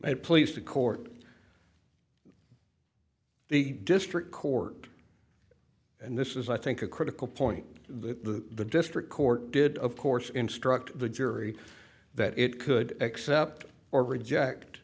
my pleas to court the district court and this is i think a critical point the district court did of course instruct the jury that it could accept or reject